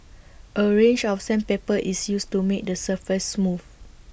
A range of sandpaper is used to make the surface smooth